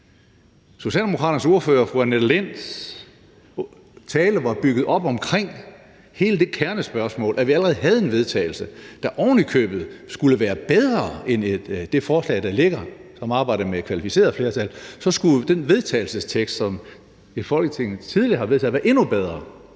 Socialdemokraternes ordfører, fru Annette Linds, tale var bygget op omkring hele det kernespørgsmål, at vi allerede havde en vedtagelse, der ovenikøbet skulle være bedre end det forslag, der ligger, og som arbejder med et kvalificeret flertal; så skulle det forslag til vedtagelse, som Folketinget tidligere har vedtaget, være endnu bedre.